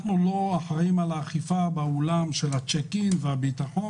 אנחנו לא אחראים על האכיפה באולם של הצ'ק-אין והביטחון,